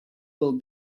will